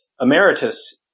Emeritus